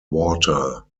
water